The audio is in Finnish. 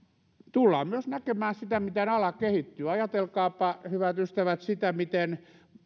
tullaan myös näkemään sitä miten ala kehittyy ajatelkaapa hyvät ystävät sitä miten